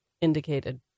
indicated